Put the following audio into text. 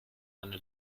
eine